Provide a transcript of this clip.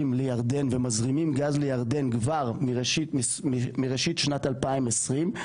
לירדן ומזרימים גז לירדן כבר מראשית שנת 2020,